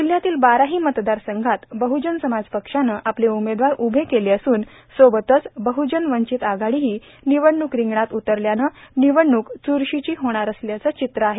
जिल्ह्यातील बाराही मतदारसंघात बहुजन समाजपक्षानं आपले उमेदवार उभे केले असून सोबतच बहुजन वंचित आघाडीही निवडणूक रिंगणात उतरल्यानं निवडणूक चुरशीची होणार असल्याचं चित्र आहे